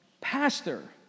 pastor